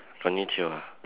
konnichiwa